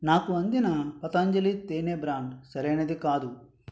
నాకు అందిన పతాంజలి తేనె బ్రాండ్ సరైనది కాదు